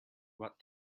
what